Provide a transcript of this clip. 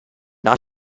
not